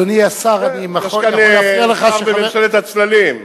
יש כאן שר בממשלת הצללים.